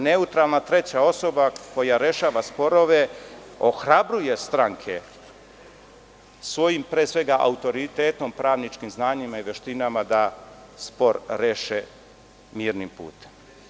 Neutralna treća osoba koja rešava sporove ohrabruje stranke svojim pre svega autoritetom, pravničkim znanjem i veštinama da spor reše mirnim putem.